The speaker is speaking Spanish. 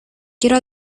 quiero